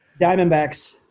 Diamondbacks